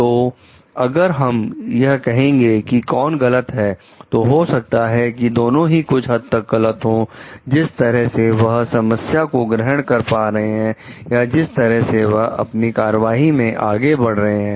तो अगर हम यह कहेंगे कि कौन गलत है तो हो सकता है दोनों ही कुछ हद तक गलत हो जिस तरह से वह समस्या को ग्रहण कर पा रहे हैं या जिस तरह से वह अपनी कार्यवाही में आगे बढ़े हैं